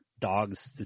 dogs